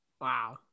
Wow